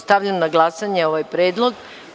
Stavljam na glasanje ovaj predlog.